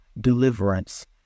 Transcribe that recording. deliverance